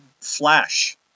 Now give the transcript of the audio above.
Flash